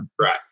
Right